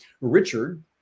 Richard